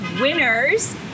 winners